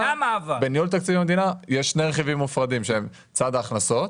בניהול תקציב המדינה יש שני רכיבים מופרדים שהם צד ההכנסות,